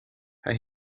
hij